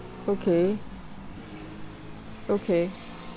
okay okay